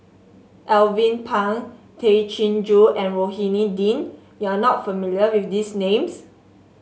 Alvin Pang Tay Chin Joo and Rohani Din you are not familiar with these names